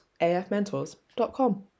afmentors.com